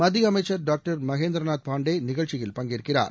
மத்திய அமைச்சர் டாக்டர் மகேந்திரநாத் பாண்டே நிகழ்ச்சியில் பங்கேற்கிறார்